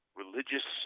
religious